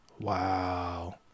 Wow